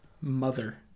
mother